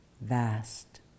vast